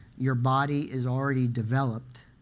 your body is already developed,